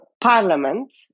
parliament